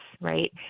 right